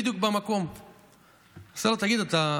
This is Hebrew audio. שלימים החלפתי אותו כמנכ"ל עוצמה יהודית.